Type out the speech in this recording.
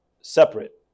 separate